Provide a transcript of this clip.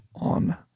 on